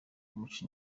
kumuca